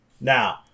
Now